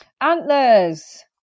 Antlers